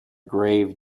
grave